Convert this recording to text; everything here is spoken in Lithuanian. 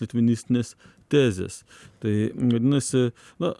litvinistinės tezės tai vadinasi na